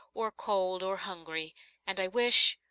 or cold, or hungry and i wish,